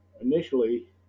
initially